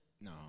no